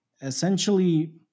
essentially